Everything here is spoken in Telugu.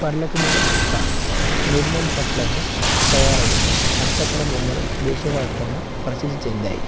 పర్లాకుమిడి టాయస్ నిర్మం పట్లను తయారయ్యే హస్తకళ బొమ్మలు దేశవ్యాప్తంగా ప్రసిద్ధి చెందాయి